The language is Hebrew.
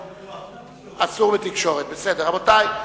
רבותי,